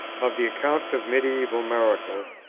of the accounts of medieval miracles,